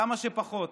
כמה שפחות?